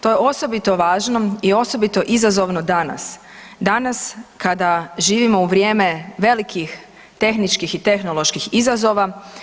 To je osobito važno i osobito izazovno danas, danas kada živimo u vrijeme velikih tehničkih i tehnoloških izazova.